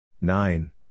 nine